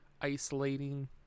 isolating